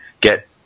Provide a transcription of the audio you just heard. get